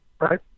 right